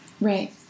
Right